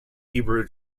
hebrew